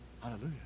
Hallelujah